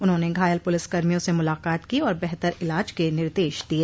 उन्होंने घायल पुलिसकर्मियों से मुलाकात की और बेहतर इलाज के निर्देश दिये